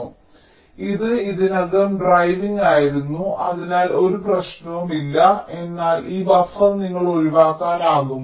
അതിനാൽ ഇത് ഇതിനകം ഡ്രൈവിംഗ് ആയിരുന്നു അതിനാൽ ഒരു പ്രശ്നവുമില്ല എന്നാൽ ഈ ബഫർ നിങ്ങൾക്ക് ഒഴിവാക്കാനാകുമോ